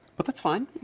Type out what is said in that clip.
but that's fine.